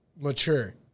mature